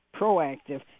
proactive